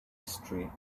history